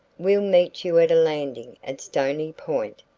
we'll meet you at a landing at stony point,